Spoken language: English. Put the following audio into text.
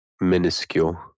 minuscule